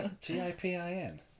T-I-P-I-N